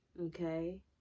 okay